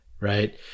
right